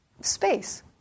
space